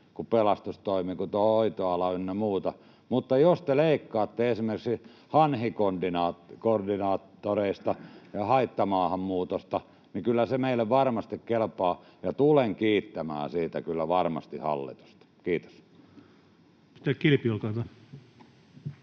kuin pelastustoimi ja tuo hoitoala ynnä muuta — mutta jos te leikkaatte esimerkiksi hanhikoordinaattoreista ja haittamaahanmuutosta, niin kyllä se meille varmasti kelpaa ja tulen kiittämään siitä kyllä varmasti hallitusta. — Kiitos.